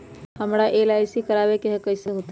हमरा एल.आई.सी करवावे के हई कैसे होतई?